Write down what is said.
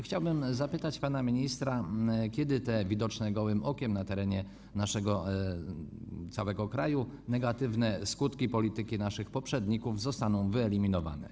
Chciałbym zapytać pana ministra, kiedy te widoczne gołym okiem na terenie całego naszego kraju negatywne skutki polityki naszych poprzedników zostaną wyeliminowane?